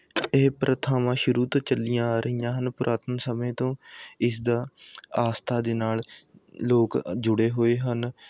ਇਹ ਪ੍ਰਥਾਵਾਂ ਸ਼ੁਰੂ ਤੋਂ ਚੱਲੀਆਂ ਆ ਰਹੀਆਂ ਹਨ ਪੁਰਾਤਨ ਸਮੇਂ ਤੋਂ ਇਸਦਾ ਆਸਥਾ ਦੇ ਨਾਲ਼ ਲੋਕ ਜੁੜੇ ਹੋਏ ਹਨ